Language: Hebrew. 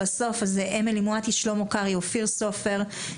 אמילי מואטי, שלמה קרעי, אופיר סופר,